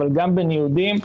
אבל גם בין ייעודיים,